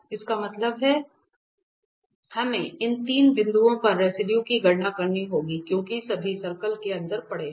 इसका मतलब है हमें इन तीनों बिंदुओं पर रेसिडुए की गणना करनी होगी क्योंकि सभी सर्किल के अंदर पड़े हैं